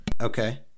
Okay